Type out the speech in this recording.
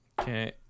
Okay